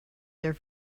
there